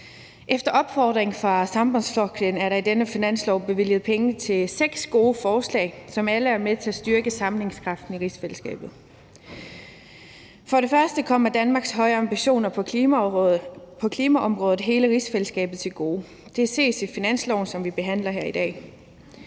Efter opfordring fra Sambandsflokkurin er der i dette finanslovsforslag bevilget penge til seks gode tiltag, som alle er med til at styrke sammenhængskraften i rigsfællesskabet. Danmarks høje ambitioner på klimaområdet kommer hele rigsfællesskabet til gode. Det ses i finanslovsforslaget, som vi behandler her i dag.